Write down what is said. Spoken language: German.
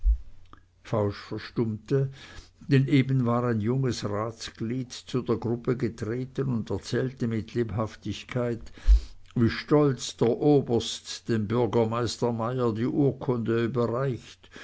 fausch verstummte denn eben war ein junges ratsglied zu der gruppe getreten und erzählte mit lebhaftigkeit wie stolz der oberst dem bürgermeister meyer die urkunde überreicht